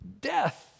Death